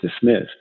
dismissed